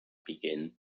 begin